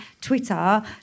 Twitter